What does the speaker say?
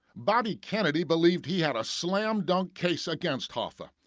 bobby kennedy believed he had a slam dunk case against hoffa.